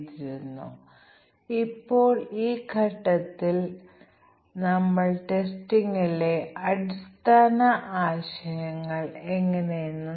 തീരുമാന പട്ടിക അടിസ്ഥാനമാക്കിയുള്ള ടെസ്റ്റ് കോസ് ഇഫക്റ്റ് ഗ്രാഫിംഗ് എന്നിവയുടെ രൂപത്തിൽ കോമ്പിനേറ്ററി ടെസ്റ്റ് പരിശോധന ഞങ്ങൾ പരിശോധിച്ചു